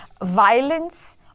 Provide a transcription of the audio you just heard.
violence